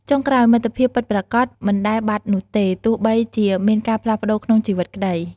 ចុងក្រោយ មិត្តភាពពិតប្រាកដ មិនដែលបាត់នោះទេ ទោះបីជាមានការផ្លាស់ប្តូរក្នុងជីវិតក្ដី។